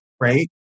right